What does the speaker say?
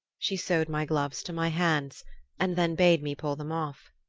she sewed my gloves to my hands and then bade me pull them off.